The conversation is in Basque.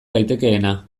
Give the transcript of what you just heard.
daitekeena